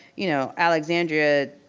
you know, alexandria,